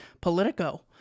Politico